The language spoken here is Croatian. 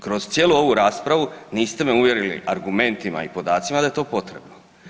Kroz cijelu ovu raspravu niste me uvjerili argumentima i podacima da je to potrebno.